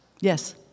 Yes